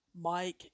Mike